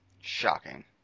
Shocking